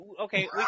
Okay